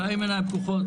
לא עם עיניים פקוחות